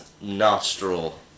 nostril